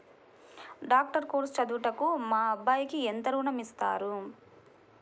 Doctor course చదువుటకు మా అబ్బాయికి ఎంత ఋణం ఇస్తారు?